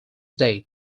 date